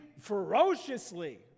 ferociously